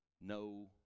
no